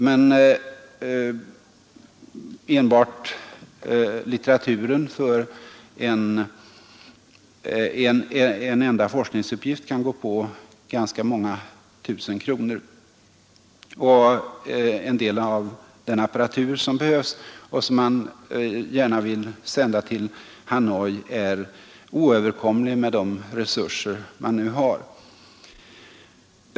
Men enbart litteraturen för en enda forskningsuppgift kan gå på ganska många tusen kronor, och en del av den apparatur som behövs och som de svenskar som arbetar med detta gärna vill sända till Hanoi är oöverkomlig med de resurser som nu finns.